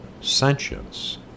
sentience